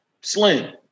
Slim